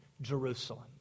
Jerusalem